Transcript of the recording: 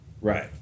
right